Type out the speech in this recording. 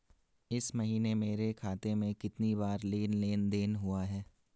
इस महीने मेरे खाते में कितनी बार लेन लेन देन हुआ है?